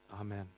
Amen